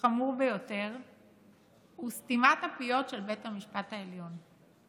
הדבר החמור ביותר הוא סתימת הפיות של בית המשפט העליון.